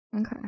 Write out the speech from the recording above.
Okay